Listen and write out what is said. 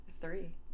three